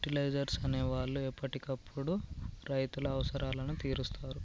fertilisers అనే వాళ్ళు ఎప్పటికప్పుడు రైతుల అవసరాలను తీరుస్తారు